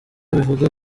bivuga